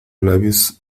labios